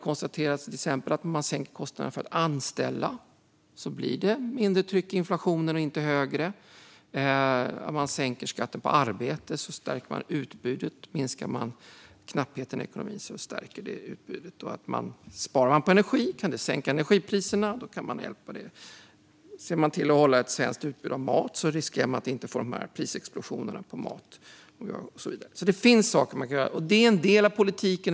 Om kostnaderna för att anställa sänks blir det mindre tryck i inflationen. Om skatten på arbete sänks stärks utbudet och knappheten i ekonomin minskar. Att spara på energi sänker energipriserna. Ett svenskt utbud av mat gör att det inte finns risk för prisexplosioner på mat. Det finns saker som kan göras, och det är en del av politiken.